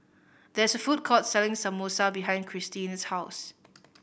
there is a food court selling Samosa behind Christene's house